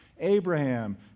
Abraham